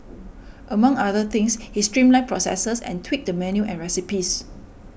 among other things he streamlined processes and tweaked the menu and recipes